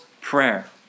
Prayer